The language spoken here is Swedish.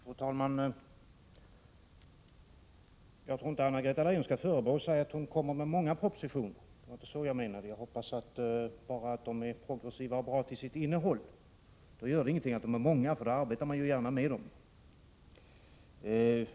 Fru talman! Jag tror inte Anna-Greta Leijon skall förebrå sig för att hon kommer med många propositioner. Det var inte så jag menade. Jag hoppas bara att propositionerna är progressiva och bra till sitt innehåll. Då gör det ingenting att de är många, för då arbetar man ju gärna med dem.